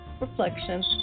reflection